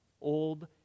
Old